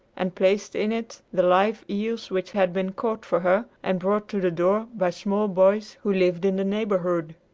and placed in it the live eels which had been caught for her and brought to the door by small boys who lived in the neighborhood.